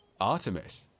Artemis